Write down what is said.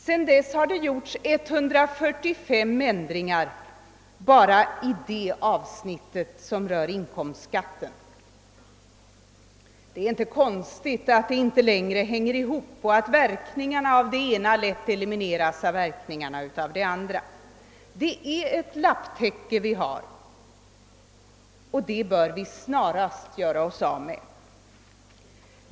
Sedan dess har det genomförts 145 ändringar bara i det avsnitt som rör inkomstskatten. Det är inte konstigt att det inte längre hänger ihop och att verkningarna av det ena lätt elimineras av det andra. Det är ett lapptäcke vi har, och det bör vi snarast göra oss av med.